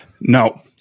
No